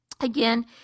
Again